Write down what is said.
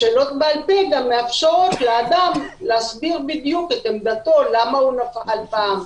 השאלות בעל-פה גם מאפשרות לאדם להסביר בדיוק את עמדתו למה הוא נפל פעם,